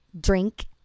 drink